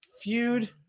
Feud